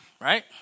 right